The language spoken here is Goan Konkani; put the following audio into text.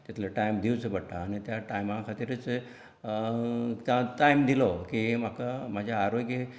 तितलो टायम दिवचो पडटा आनी त्या टायमा खातीरच टा टायम दिलो की हे म्हाका म्हजें आरोग्य